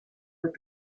with